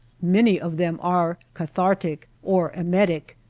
many of them are cathartic or emetic,